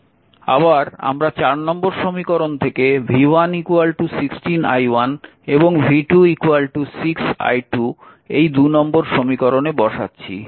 সুতরাং আমরা নম্বর সমীকরণ থেকে v1 16 i1 এবং v2 6 i2 এই নম্বর সমীকরণে বসাচ্ছি